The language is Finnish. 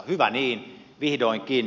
hyvä niin vihdoinkin